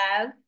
Love